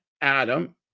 Adam